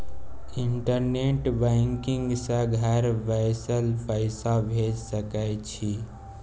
internet banking सँ घर बैसल पैसा भेज सकय छी